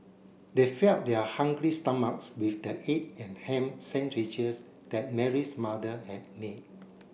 they fed up their hungry stomachs with the egg and ham sandwiches that Mary's mother had made